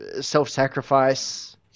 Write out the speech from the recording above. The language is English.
self-sacrifice